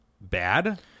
bad